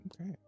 Okay